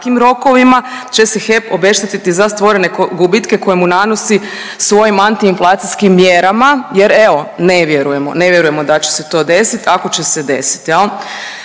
kojim kratkim rokovima će se HEP obeštetiti za stvorene gubitke koje mu nanosi svojim antiinflacijskim mjerama jer evo ne vjerujemo, ne vjerujemo da će se to desiti ako će se desiti